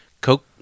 Coke